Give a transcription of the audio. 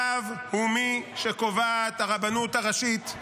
רב הוא מי שקובעת הרבנות הראשית.